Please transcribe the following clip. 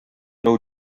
nhw